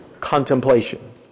contemplation